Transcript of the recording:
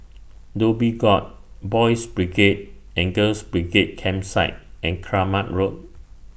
Dhoby Ghaut Boys' Brigade and Girls' Brigade Campsite and Kramat Road